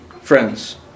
friends